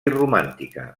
romàntica